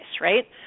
right